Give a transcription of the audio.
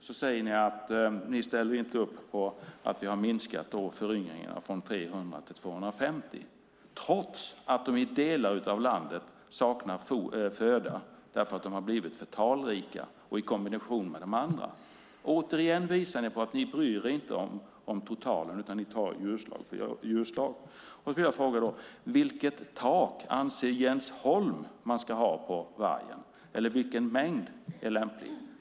Ni säger att ni inte ställer upp på att vi har minskat föryngringarna från 300 till 250 djur, trots att de i delar av landet saknar föda därför att de har blivit för talrika, i kombination med de andra. Återigen visar ni alltså att ni inte bryr er om totalen, utan ni tar djurslag för djurslag. Därför vill jag fråga: Vilket tak anser Jens Holm att man ska ha för vargen? Vilket antal är lämpligt?